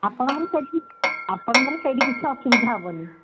ଆପଣଙ୍କର ସେଇଠି ଆପଣଙ୍କର ସେଇଠି କିଛି ଅସୁବିଧା ହବନି